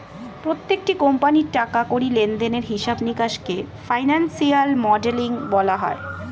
প্রত্যেকটি কোম্পানির টাকা কড়ি লেনদেনের হিসাব নিকাশকে ফিনান্সিয়াল মডেলিং বলা হয়